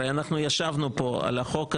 הרי ישבנו ודנו בחוק הזה,